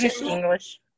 English